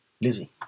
Lizzie